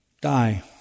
die